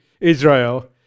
Israel